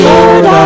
Lord